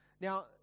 Now